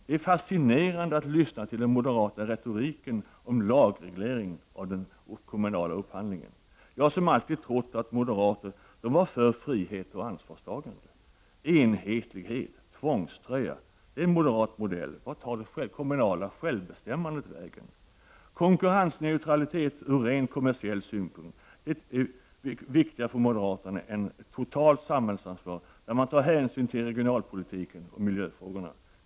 Det är fascinerande att lyssna till den moderata retoriken om lagreglering i fråga om den kommunala upphandlingen. Jag har alltid trott att moderater är för frihet och ansvarstagande. Men den moderata modellen är i stället lika med enhetlighet och tvångströja. Vart tar det kommunala självbestämmandet vägen? Konkurrensneutralitet från rent kommersiell synpunkt är viktigare för moderaterna än ett totalt samhällsansvar där man tar hänsyn till regionalpolitiken och miljöfrågorna.